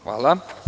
Hvala.